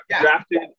drafted